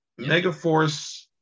Megaforce